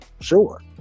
Sure